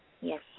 Yes